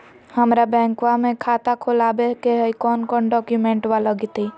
हमरा बैंकवा मे खाता खोलाबे के हई कौन कौन डॉक्यूमेंटवा लगती?